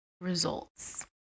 results